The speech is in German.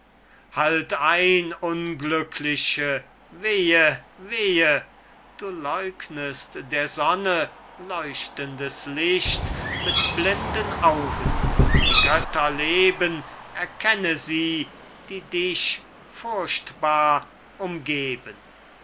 halt ein unglückliche wehe wehe du leugnest der sonne leuchtendes licht mit blinden augen die götter leben erkenne sie die dich furchtbar umgeben